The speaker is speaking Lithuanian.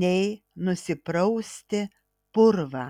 nei nusiprausti purvą